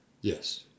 Yes